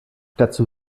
dazu